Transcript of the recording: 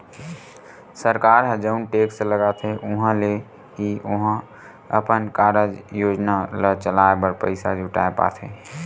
सरकार ह जउन टेक्स लगाथे उहाँ ले ही ओहा अपन कारज योजना ल चलाय बर पइसा जुटाय पाथे